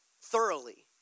thoroughly